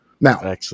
Now